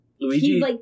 Luigi